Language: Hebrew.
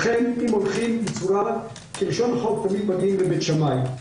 לכן אם הולכים כלשון החוק תמיד מגיעים לבית שמאי.